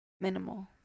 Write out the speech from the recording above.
Minimal